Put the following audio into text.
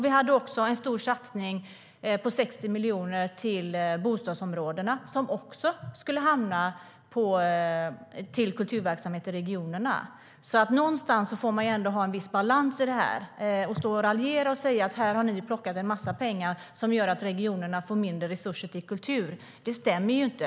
Vi hade också en stor satsning på 60 miljoner till bostadsområdena som också skulle hamna i kulturverksamheten i regionerna. Någonstans får man ha en viss balans. Per Bill står och raljerar och säger att vi har plockat en massa pengar som gör att regionerna får mindre resurser till kultur, men det stämmer inte.